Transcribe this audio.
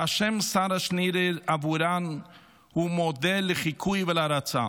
שהשם שרה שנירר עבורן הוא מודל לחיקוי ולהערצה.